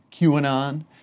QAnon